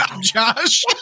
Josh